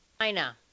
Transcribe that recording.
china